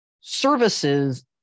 services